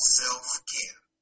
self-care